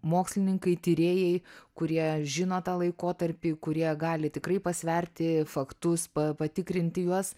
mokslininkai tyrėjai kurie žino tą laikotarpį kurie gali tikrai pasverti faktus pa patikrinti juos